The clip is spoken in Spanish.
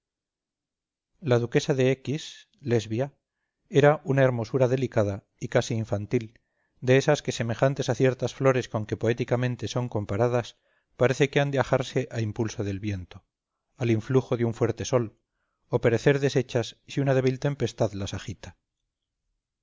la duquesa de x lesbia era una hermosura delicada y casi infantil de esas que semejantes a ciertas flores con que poéticamente son comparadas parece que han de ajarse al impulso del viento al influjo de un fuerte sol o perecer deshechas si una débil tempestad las agita